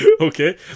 Okay